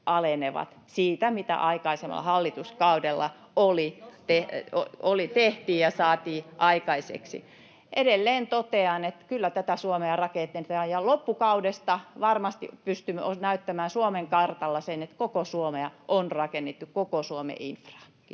alenevat siitä, mitä aikaisemmalla hallituskaudella tehtiin ja saatiin aikaiseksi. Edelleen totean, että kyllä tätä Suomea rakennetaan, ja loppukaudesta varmasti pystymme näyttämään Suomen kartalla sen, että koko Suomea on rakennettu, koko Suomen infraa. — Kiitos.